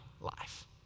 life